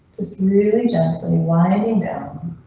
it's really gently winding down.